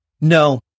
No